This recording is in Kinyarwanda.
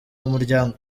umuryango